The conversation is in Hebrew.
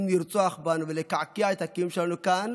לרצוח בנו ולקעקע את הקיום שלנו כאן.